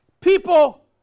People